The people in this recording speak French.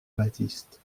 baptiste